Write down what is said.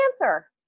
answer